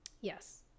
Yes